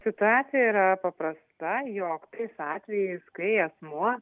situacija yra paprasta jog tais atvejais kai asmuo